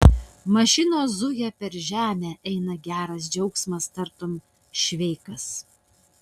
mašinos zuja per žemę eina geras džiaugsmas tartum šveikas